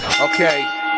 okay